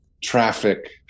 traffic